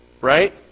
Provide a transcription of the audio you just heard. right